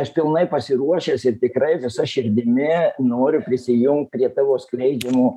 aš pilnai pasiruošęs ir tikrai visa širdimi noriu prisijungt prie tavo skleidžiamo